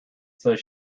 says